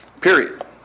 Period